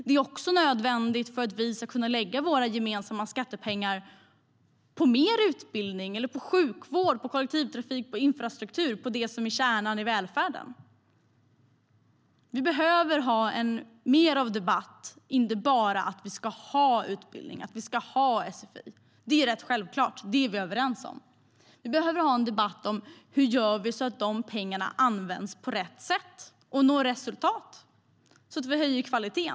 Det är också nödvändigt för att vi ska kunna lägga våra gemensamma skattepengar på mer utbildning, sjukvård, kollektivtrafik, infrastruktur - det som är kärnan i välfärden. Vi behöver ha mer av debatt, inte bara om att vi ska ha utbildning och sfi. Det är rätt självklart. Det är vi överens om. Vi behöver ha en debatt om hur vi gör så att de pengarna används på rätt sätt och når resultat så att vi höjer kvaliteten.